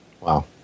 Wow